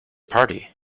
party